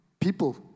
people